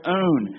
own